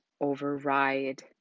override